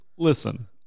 Listen